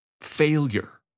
Failure